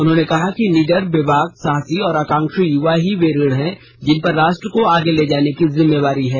उन्होंने कहा कि निडर बेबाक साहसी और आकांक्षी युवा ही वे रीढ़ हैं जिनपर राष्ट्र को आगे ले जाने की जिम्मेवारी है